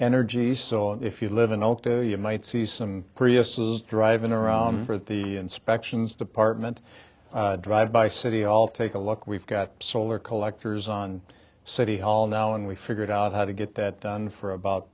energy so if you live in oakdale you might see some prius's driving around for the inspections department drive by city hall take a look we've got solar collectors on city hall now and we figured out how to get that done for about